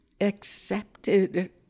accepted